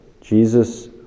Jesus